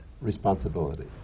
responsibility